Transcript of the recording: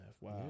Wow